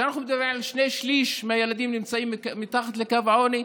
כשאנחנו אומרים ששני שלישים מהילדים נמצאים מתחת לקו העוני,